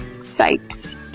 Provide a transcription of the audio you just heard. sites